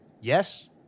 yes